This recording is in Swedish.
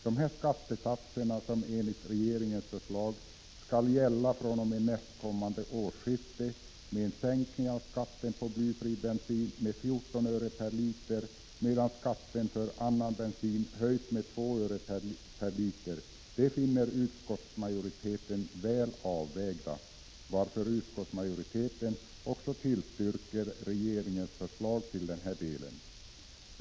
De skattesatser som enligt regeringens förslag skall gälla fr.o.m. årsskiftet —en sänkning av skatten på blyfri bensin med 14 öre per liter, medan skatten på annan bensin höjs med 2 öre per liter — finner utskottsmajoriteten väl avvägda och tillstyrker därför regeringens förslag också i denna del.